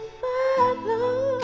follow